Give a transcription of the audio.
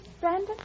Brandon